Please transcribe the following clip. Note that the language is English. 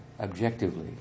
objectively